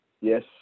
yes